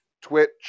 twitch